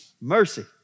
mercy